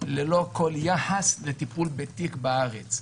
ללא כל יחס לטיפול בתיק בארץ,